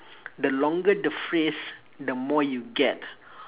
the longer the phrase the more you get